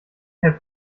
herr